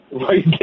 Right